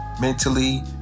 mentally